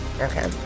Okay